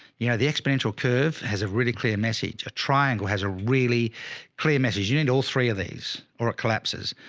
you know, the exponential curve has a really clear message. a triangle has a really clear message. you need all three of these or it collapses,